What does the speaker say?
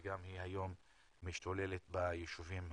שגם היא היום משתוללת ביישובים הערביים.